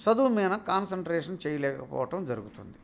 చదువు మీద కాన్సన్ట్రేషన్ చేయలేక పోవటం జరుగుతుంది